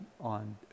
on